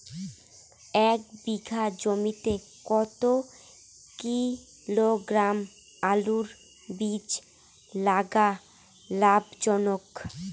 এক বিঘা জমিতে কতো কিলোগ্রাম আলুর বীজ লাগা লাভজনক?